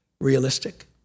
realistic